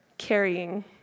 carrying